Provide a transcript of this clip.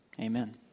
Amen